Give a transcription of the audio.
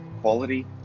quality